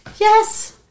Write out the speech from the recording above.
Yes